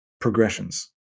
progressions